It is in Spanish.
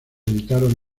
editaron